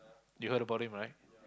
you've heard about him right